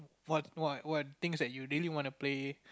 what what what things that you really want to play